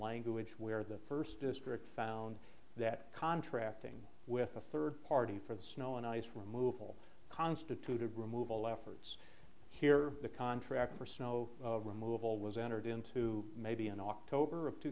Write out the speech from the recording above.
language where the first district found that contracting with a third party for the snow and ice removal constituted removal efforts here the contract for snow removal was entered into maybe in october of two